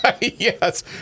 Yes